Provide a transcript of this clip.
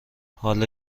حالا